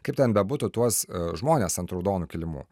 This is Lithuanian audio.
kaip ten bebūtų tuos žmones ant raudonų kilimų